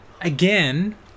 again